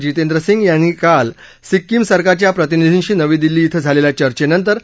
जितेंद्र सिंह यांनी काल सिक्किम सरकारच्या प्रतिनिधींशी नवी दिल्ली धिं झालेल्या चर्चेनंतर ही घोषणा केली